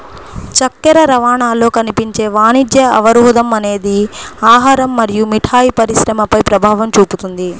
చక్కెర రవాణాలో కనిపించే వాణిజ్య అవరోధం అనేది ఆహారం మరియు మిఠాయి పరిశ్రమపై ప్రభావం చూపుతుంది